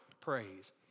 praise